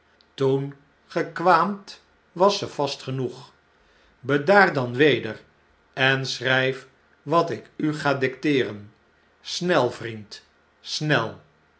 toen ge kwaamt was ze vast genoeg bedaar dan weder en schrijf wat ik u ga dicteeren snel vriend